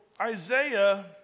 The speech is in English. Isaiah